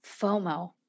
FOMO